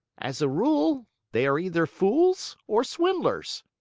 as a rule they are either fools or swindlers!